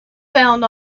found